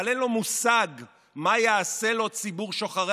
אבל אין לו מושג מה יעשה לו ציבור שוחרי